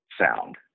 sound